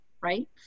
Right